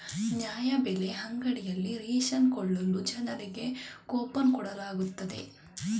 ನ್ಯಾಯಬೆಲೆ ಅಂಗಡಿಯಲ್ಲಿ ರೇಷನ್ ಕೊಳ್ಳಲು ಜನರಿಗೆ ಕೋಪನ್ ಕೊಡಲಾಗುತ್ತದೆ